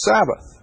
Sabbath